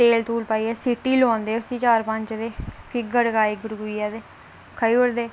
तेल तूल पाइयै सीटी लुआंदे उसी चार पंज ते फ्ही उसी गड़काई गुड़काइयै खाई ओड़दे